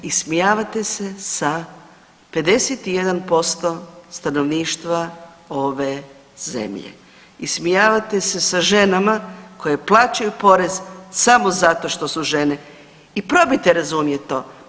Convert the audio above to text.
Ismijavate se sa 51% stanovništva ove zemlje, ismijavate se sa ženama koje plaćaju porez samo zato što su žene i probajte razumjet to.